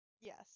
Yes